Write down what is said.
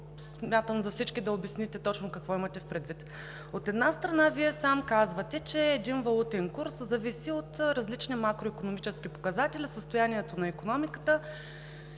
смятам за всички, да обясните точно какво имате предвид. От една страна, Вие сам казвате, че един валутен курс зависи от различни макроикономически показатели, състоянието на икономиката